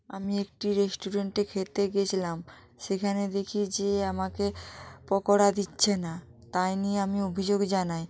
আমি একটি রেস্টুরেন্টে খেতে গেছিলাম সেখানে দেখি যে আমাকে পকোড়া দিচ্ছে না তাই নিয়ে আমি অভিযোগ জানাই